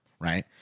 right